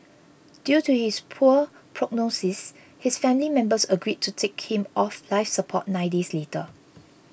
due to his poor prognosis his family members agreed to take him off life support nine days later